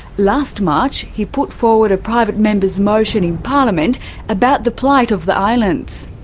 last march, he put forward a private member's motion in parliament about the plight of the islands.